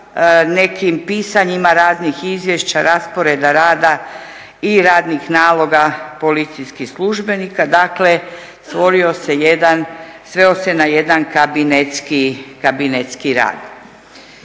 nekim pisanjima raznih izvješća, rasporeda rada i radnih naloga policijskih službenika. Dakle, stvorio se jedan, sveo se na jedan kabinetski rad.